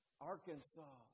Arkansas